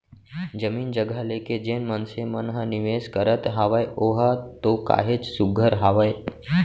जमीन जघा लेके जेन मनसे मन ह निवेस करत हावय ओहा तो काहेच सुग्घर हावय